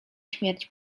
śmierć